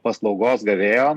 paslaugos gavėjo